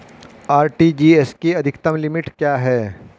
RTGS की अधिकतम limit क्या है?